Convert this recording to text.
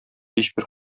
һичбер